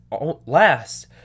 last